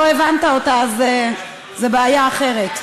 אם לא הבנת אותה, אז זו בעיה אחרת.